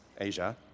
Asia